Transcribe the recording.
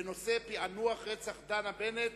בנושא: פענוח רצח דנה בנט